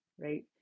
right